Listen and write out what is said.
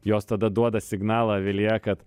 jos tada duoda signalą avilyje kad